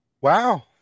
Wow